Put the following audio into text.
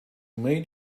made